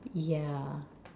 yeah